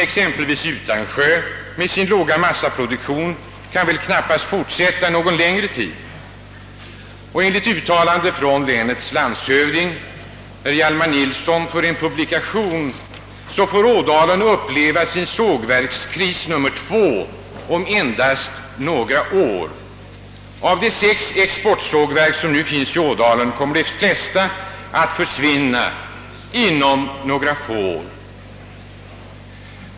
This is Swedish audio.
Exempelvis Utansjö med sin låga massaproduktion kan väl knappast fortsätta någon längre tid. Enligt uttalande av länets landshövding Hjalmar Nilsson för en publikation får Ådalen uppleva sin sågverkskris nr 2 om endast några år. Av de sex exportsågverk som nu finns i Ådalen kommer de flesta att försvinna om några få år.